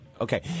Okay